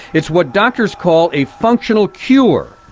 it's what doctors call a functional cure.